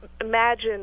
imagine